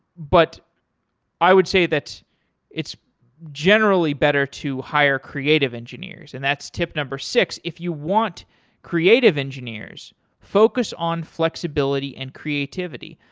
but i would say that's it's generally better to hire creative engineers, and that's tip number six. if you want creative engineers focus on flexibility and creativity.